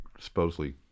supposedly